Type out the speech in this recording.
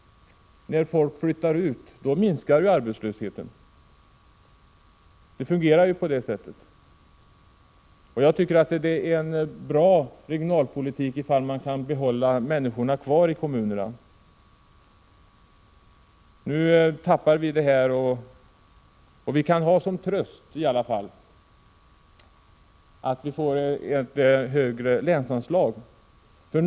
När folk flyttar ut, minskar ju arbetslösheten. Det fungerar på det sättet. Jag tycker att det är en bra regionalpolitik om man kan behålla människorna kvar i kommunerna. Nu tappar vi detta, men vi kan i alla fall ha som tröst att vi får ett högre länsanslag.